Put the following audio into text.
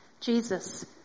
Jesus